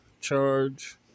charge